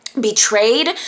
betrayed